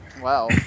Wow